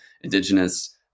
indigenous